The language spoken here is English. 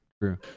True